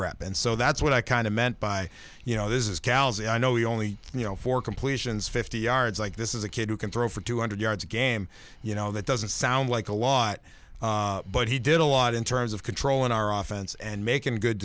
rep and so that's what i kind of meant by you know this is cal's i know he only you know for completions fifty yards like this is a kid who can throw for two hundred yards a game you know that doesn't sound like a lot but he did a lot in terms of controlling our off and and making good